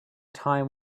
time